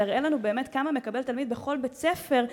שתראה לנו באמת כמה מקבל תלמיד בכל בית-ספר,